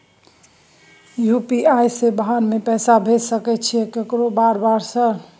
UPI से बाहर में पैसा भेज सकय छीयै केकरो बार बार सर?